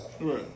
right